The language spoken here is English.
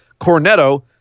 Cornetto